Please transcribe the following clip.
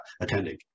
attending